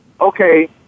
okay